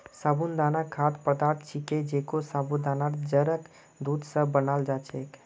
साबूदाना खाद्य पदार्थ छिके जेको साबूदानार जड़क दूध स बनाल जा छेक